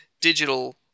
digital